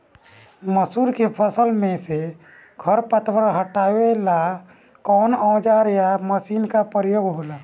मसुरी के फसल मे से खरपतवार हटावेला कवन औजार या मशीन का प्रयोंग होला?